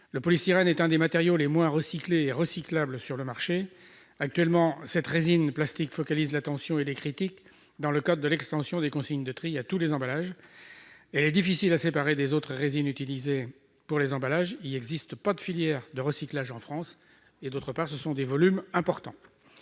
Le polystyrène est l'un des matériaux les moins recyclés et recyclables sur le marché. Actuellement, cette résine plastique focalise l'attention et les critiques dans le cadre de l'extension des consignes de tri à tous les emballages : elle est difficile à séparer des autres résines utilisées pour les emballages ; il n'existe pas de filière de recyclage en France ; elle représente des volumes importants.